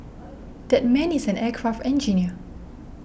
that man is an aircraft engineer